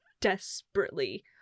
desperately